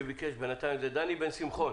דני בן שמחון,